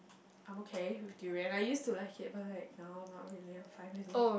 I am okay with durian I used to like it but like now not really I am fine with it